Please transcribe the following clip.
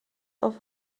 auf